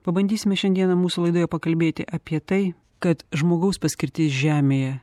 pabandysime šiandieną mūsų laidoje pakalbėti apie tai kad žmogaus paskirtis žemėje